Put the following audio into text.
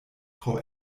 frau